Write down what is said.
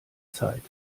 zeit